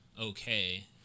okay